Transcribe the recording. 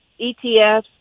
ETFs